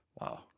Wow